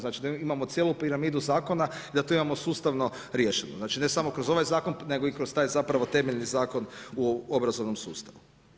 Znači, imamo cijelu piramidu zakona i da to imamo sustavno riješeno, znači ne samo kroz ovaj zakon, nego i kroz taj zapravo temeljni zakon obrazovnog sustavu.